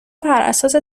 براساس